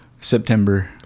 September